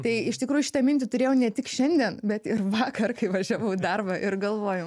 tai iš tikrųjų šitą mintį turėjau ne tik šiandien bet ir vakar kai važiavau į darbą ir galvojau